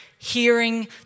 hearing